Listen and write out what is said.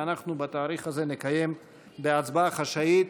ואנחנו בתאריך הזה נקיים בהצבעה חשאית